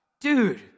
Dude